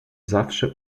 zawsze